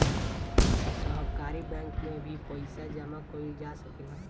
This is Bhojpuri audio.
सहकारी बैंक में भी पइसा जामा कईल जा सकेला